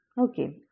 Okay